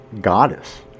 goddess